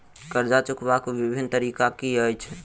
कर्जा चुकबाक बिभिन्न तरीका की अछि?